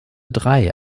drei